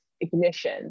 ignition